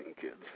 kids